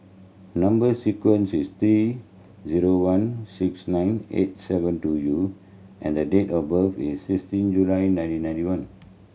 number sequence is T zero one six nine eight seven two U and the date of birth is sixteen July nineteen ninety one